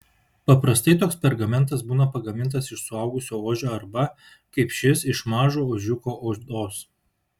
paprastai toks pergamentas būna pagamintas iš suaugusio ožio arba kaip šis iš mažo ožiuko odos